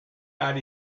not